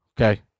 Okay